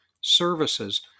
services